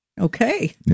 Okay